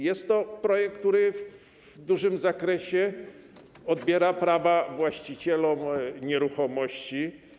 Jest to projekt, który w dużym zakresie odbiera prawa właścicielom nieruchomości.